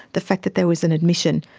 the fact that there was an admission,